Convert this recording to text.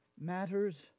matters